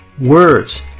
Words